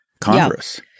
Congress